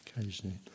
occasionally